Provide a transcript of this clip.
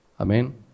Amen